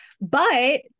but-